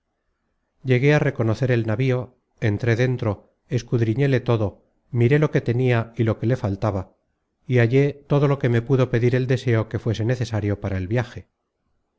llegué á reconocer el navío entré dentro escudriñéle todo miré lo que tenia y lo que le faltaba y hallé todo lo que me pudo pedir el deseo que fuese necesario para el viaje